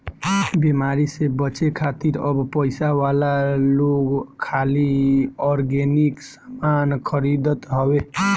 बेमारी से बचे खातिर अब पइसा वाला लोग खाली ऑर्गेनिक सामान खरीदत हवे